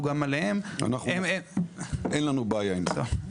גם עליה --- אין לנו בעיה עם זה.